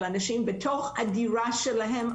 על אנשים בתוך הדירה שלהם,